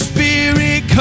Spirit